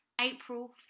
April